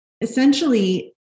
essentially